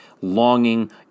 longing